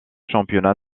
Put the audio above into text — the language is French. championnats